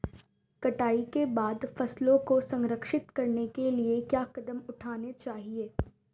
कटाई के बाद फसलों को संरक्षित करने के लिए क्या कदम उठाने चाहिए?